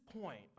point